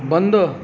बंद